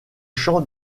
champs